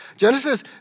Genesis